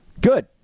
Good